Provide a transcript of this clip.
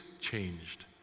changed